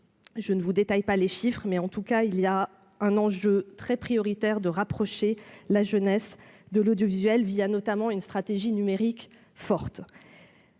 Je ne vous détaillerai pas les chiffres, mais c'est un enjeu prioritaire que de rapprocher la jeunesse de l'audiovisuel, notamment, une stratégie numérique forte.